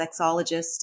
sexologist